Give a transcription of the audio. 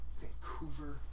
Vancouver